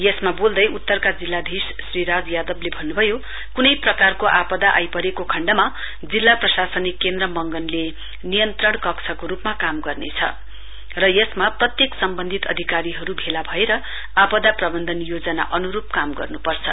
यसमा बोल्दै उत्तर जिल्लाधीश श्री राज यादवले भन्नुभयो कुनै प्रकारको आपद आइपरेको खण्डमा जिल्ला प्रशासनिक केन्द्र मंगनले कन्ट्रोल रूमको रूपमा काम गर्नेछ र यसमा प्रत्येक सम्वन्धित अधिकारीहरू भेला भएर आपदा प्रवन्धन योजना अनुरूप काम गर्नुपर्छ